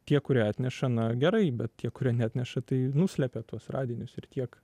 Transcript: tie kurie atneša na gerai bet tie kurie neatneša tai nuslepia tuos radinius ir tiek